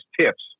tips